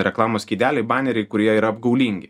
reklamos skydeliai baneriai kurie yra apgaulingi